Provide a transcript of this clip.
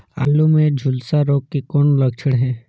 आलू मे झुलसा रोग के कौन लक्षण हे?